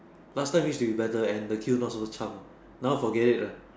last time used to be better and the queue not so cham now forget it lah